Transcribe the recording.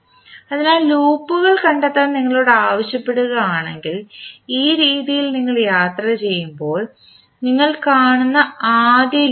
അതിനാൽ ലൂപ്പുകൾ കണ്ടെത്താൻ നിങ്ങളോട് ആവശ്യപ്പെടുകയാണെങ്കിൽ ഈ രീതിയിൽ നിങ്ങൾ യാത്ര ചെയ്യുമ്പോൾ നിങ്ങൾ കാണുന്ന ആദ്യ ലൂപ്പ്